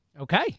Okay